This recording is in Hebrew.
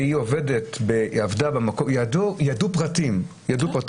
וידעו פרטים.